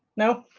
no?